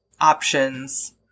options